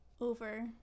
over